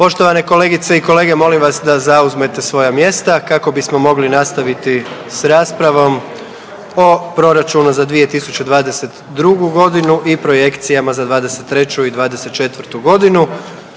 Poštovane kolegice i kolege, molim vas da zauzmete svoja mjesta kako bismo mogli nastaviti s raspravom o proračunu za 2022.g. i projekcijama za '23. i '24.g.